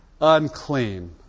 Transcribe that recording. unclean